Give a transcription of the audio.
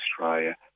Australia